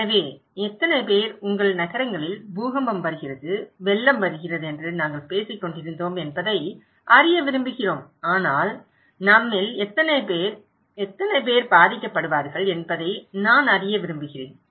எனவே எத்தனை பேர் உங்கள் நகரங்களில் பூகம்பம் வருகிறது வெள்ளம் வருகிறது என்று நாங்கள் பேசிக் கொண்டிருந்தோம் என்பதை அறிய விரும்புகிறோம் ஆனால் நம்மில் எத்தனை பேர் எத்தனை பேர் பாதிக்கப்படுவார்கள் என்பதை நான் அறிய விரும்புகிறேன்